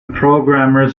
programmers